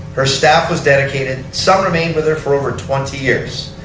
her staff was dedicated. some remained with her for over twenty years.